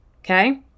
okay